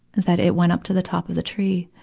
that it went up to the top of the tree.